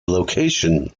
location